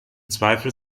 zweifel